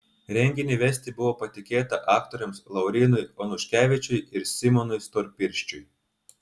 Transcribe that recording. renginį vesti buvo patikėta aktoriams laurynui onuškevičiui ir simonui storpirščiui